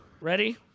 Ready